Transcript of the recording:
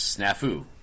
Snafu